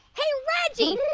hey, reggie,